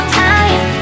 time